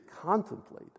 contemplate